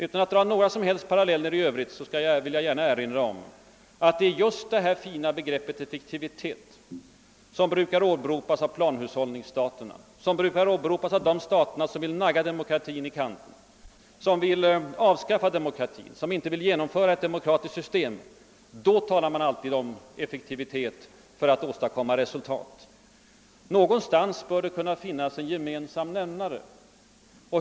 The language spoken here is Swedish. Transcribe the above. Utan att dra några som helst paralleller i övrigt vill jag gärna erinra om att det just är begreppet effektivitet som brukar åberopas av planhushållningsstaterna, de stater som vill nagga demokratin i kanten, de stater som vill avskaffa demokratin och de stater som inte vill ha ett demokratiskt system. Där talar man om effektivitet för att åstadkomma resultat. Men någonstans bör det finnas en gemensam nämnare.